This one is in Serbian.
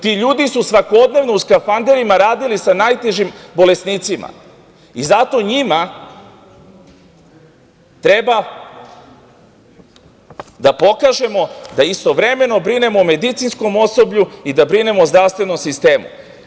Ti ljudi su svakodnevno u skafanderima radili sa najtežim bolesnicima i zato njima treba da pokažemo da istovremeno brinemo o medicinskom osoblju i da brinemo o zdravstvenom sistemu.